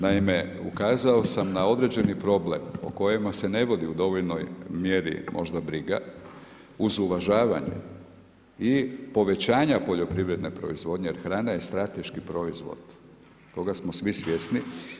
Naime, ukazao sam na određeni problem, u kojima se ne vodi u dovoljnoj mjeri možda briga uz uvažavanje i povećanja poljoprivredne proizvodnje, jer hrana je strateški proizvod, toga smo svi svjesni.